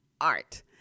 art